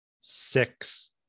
six